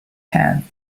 hands